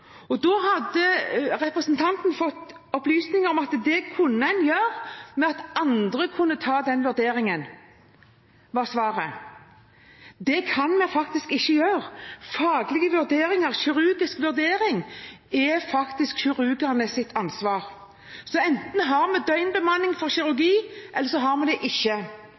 en gjøre ved at andre kunne ta den vurderingen. Det var svaret hennes. Det kan man faktisk ikke gjøre. Kirurgifaglige vurderinger er kirurgenes ansvar. Enten har vi døgnbemanning for kirurgi, eller så har vi det ikke.